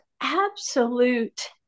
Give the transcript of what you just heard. absolute